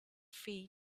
feet